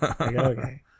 Okay